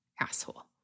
Asshole